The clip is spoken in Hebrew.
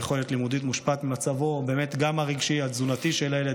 היכולת הלימודית מושפעת ממצבו הרגשי והתזונתי של הילד.